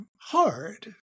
hard